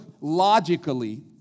logically